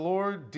Lord